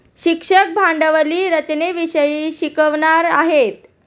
शिक्षक भांडवली रचनेविषयी शिकवणार आहेत